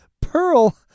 Pearl